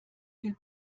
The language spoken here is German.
viel